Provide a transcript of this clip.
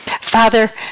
Father